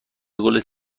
قولت